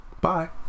Bye